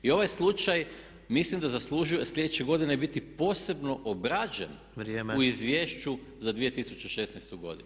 I ovaj slučaj mislim da zaslužuje sljedeće godine biti posebno obrađen u izvješću za 2016. godinu.